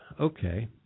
Okay